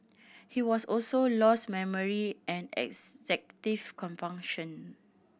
he was also lost memory and executive function